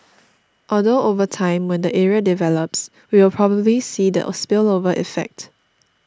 although over time when the area develops we will probably see the spillover effect